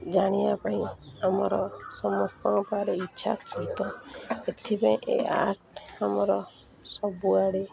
ଜାଣିବା ପାଇଁ ଆମର ସମସ୍ତଙ୍କ ପାଖରେ ଇଚ୍ଛା ସହିତ ଏଥିପାଇଁ ଏ ଆର୍ଟ୍ ଆମର ସବୁଆଡ଼େ